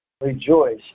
Rejoice